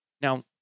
Now